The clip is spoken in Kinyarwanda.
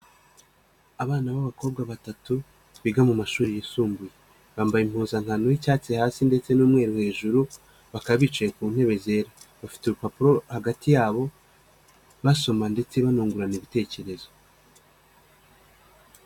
Abana b'abakobwa batatu biga mu mashuri yisumbuye, bambaye impuzankano y'icyatsi hasi ndetse n'umweru hejuru, bakaba bicaye ku ntebe zera. Bafite urupapuro hagati yabo basoma ndetse banungurana ibitekerezo.